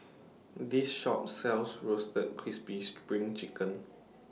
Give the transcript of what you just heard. This Shop sells Roasted Crispy SPRING Chicken